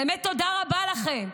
באמת תודה רבה לכם.